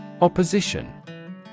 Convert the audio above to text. Opposition